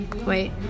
wait